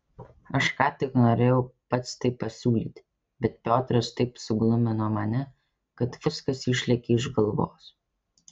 aš ką tik norėjau pats tai pasiūlyti bet piotras taip suglumino mane kad viskas išlėkė iš galvos